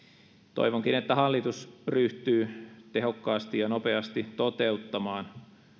toivonkin että hallitus ryhtyy tehokkaasti ja nopeasti toteuttamaan